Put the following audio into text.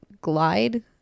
Glide